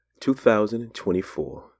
2024